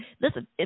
listen